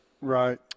Right